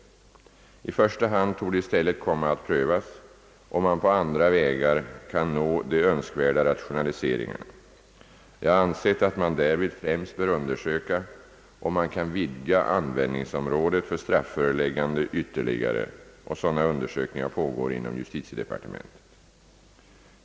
I första hand torde i stället komma att prövas, om man på andra vägar kan nå de önskvärda rationaliseringarna. Jag har ansett att man därvid främst bör undersöka, om man kan vidga användningsområdet för strafföreläggande ytterligare, och sådana undersökningar pågår inom justitiedepartementet.